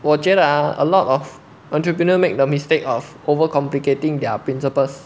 我觉得 ah a lot of entrepreneur make the mistake of over complicating their principles